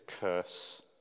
curse